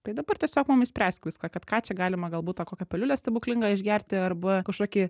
tai dabar tiesiog mum išspręsk viską kad ką čia galima galbūt tą kokią piliulę stebuklingą išgerti arba kažkokį